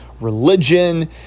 religion